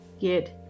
get